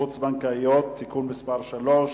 חוץ-בנקאיות (תיקון מס' 3),